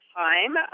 time